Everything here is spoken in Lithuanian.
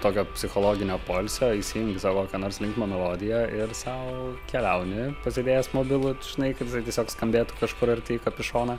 tokio psichologinio poilsio įsijungi savo kokią nors linksmą melodiją ir sau keliauni pasidėjęs mobilų žinai kad jisai tiesiog skambėtų kažkur ar tai į kapišoną